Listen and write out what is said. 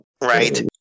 Right